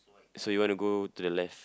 so you want to go to the left